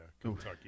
Kentucky